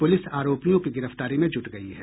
police आरोपियों की गिरफ्तारी में जुट गयी है